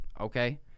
okay